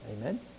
amen